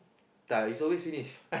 ya is always finish